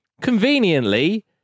conveniently